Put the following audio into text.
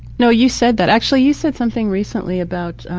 you know you said that. actually, you said something recently about,